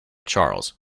charles